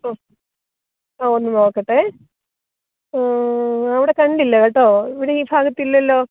ആ ആ ഒന്നു നോക്കട്ടെ അവിടെ കണ്ടില്ല കേട്ടോ ഇവിടെ ഈ ഭാഗത്തില്ലല്ലോ